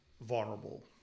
vulnerable